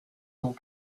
temps